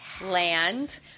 land